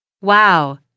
Wow